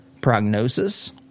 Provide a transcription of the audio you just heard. prognosis